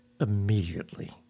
immediately